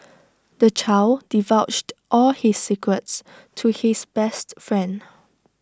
the child divulged all his secrets to his best friend